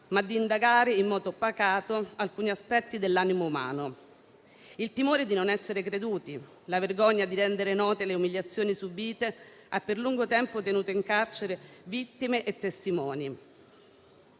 ma di indagare in modo pacato alcuni aspetti dell'animo umano. Il timore di non essere creduti e la vergogna di rendere note le umiliazioni subite hanno per lungo tempo tenuto in carcere vittime e testimoni.